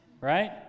right